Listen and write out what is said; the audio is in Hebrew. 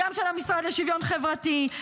גם של המשרד לשוויון חברתי,